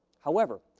however,